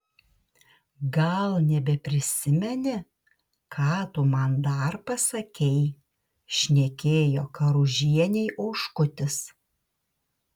gal nebeprisimeni ką tu man dar pasakei šnekėjo karužienei oškutis